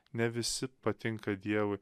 ne visi patinka dievui